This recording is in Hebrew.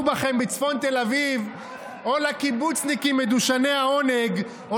בכם בצפון תל אביב או לקיבוצניקים מדושני העונג או